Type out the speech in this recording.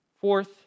Fourth